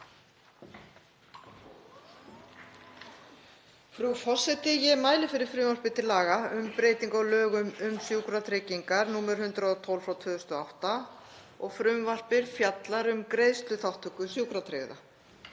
Frú forseti. Ég mæli fyrir frumvarpi til laga um breytingu á lögum um sjúkratryggingar, nr. 112/2008. Frumvarpið fjallar um greiðsluþátttöku sjúkratryggðra.